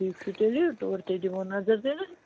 ٹھیٖک چھُ تیٚلہِ تور تہِ دِمو نظر تیٚلہٕ